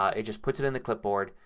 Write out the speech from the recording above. um it just puts it in the clipboard.